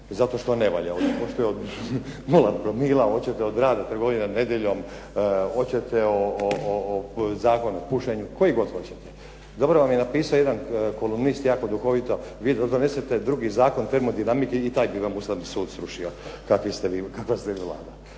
zato što ne valja. Hoćete od nula promila, hoćete od rada trgovina nedjeljom, hoćete o Zakonu o pušenju, koji god hoćete. Dobro vam je napisao jedan kolumnist jako duhovito vi da donesete drugi zakon termodinamike i taj bi vam Ustavni sud srušio kakva ste vi Vlada.